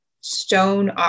stone